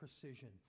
precision